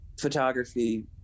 photography